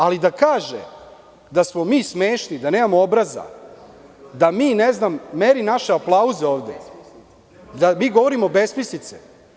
Ali, da kaže da smo mi smešni, da nemamo obraza, da meri naše aplauze ovde, da mi govorimo besmislice.